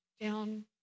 down